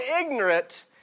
ignorant